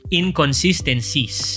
inconsistencies